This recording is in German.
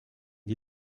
die